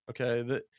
Okay